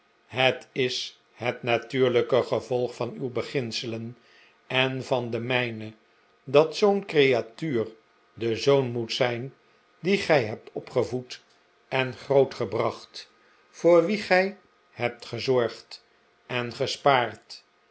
het is het natuurlijke gevolg van uw beginselen en van de mijne dat zoo'n creatuur de zoon moet zijn dien gij hebt opgevoed en grootgebracht voor wien gij hebt gezorgd en gespaard